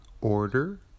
order